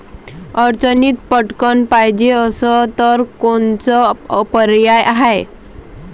अडचणीत पटकण पायजे असन तर कोनचा पर्याय हाय?